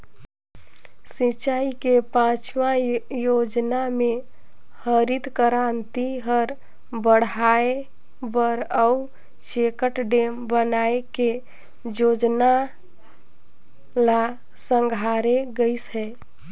सिंचई के पाँचवा योजना मे हरित करांति हर बड़हाए बर अउ चेकडेम बनाए के जोजना ल संघारे गइस हे